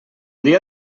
dia